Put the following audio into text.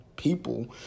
people